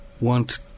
want